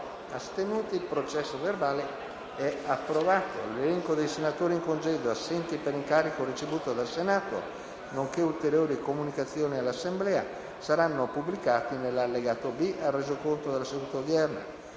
link apre una nuova finestra"). L'elenco dei senatori in congedo e assenti per incarico ricevuto dal Senato, nonché ulteriori comunicazioni all'Assemblea saranno pubblicati nell'allegato B al Resoconto della seduta odierna.